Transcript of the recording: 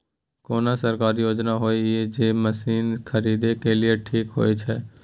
कोन सरकारी योजना होय इ जे मसीन खरीदे के लिए ठीक होय छै?